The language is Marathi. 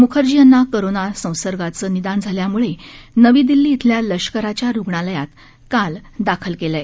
मुखर्जी यांना कोरोना संसर्गाचं निदान झाल्यामुळे नवी दिल्ली धिल्या लष्कराच्या रुग्णालयात कालच दाखल केलं आहे